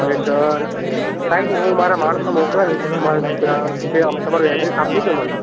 અરે સર કાંઈ નહીં હું મારા માણસો મોકલાવીશ તમારે ત્યાં જે આમ તમારું એડ્રેસ આપી દજો મને